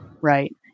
right